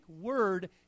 word